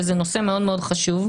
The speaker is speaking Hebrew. וזה נושא מאוד מאוד חשוב,